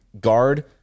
guard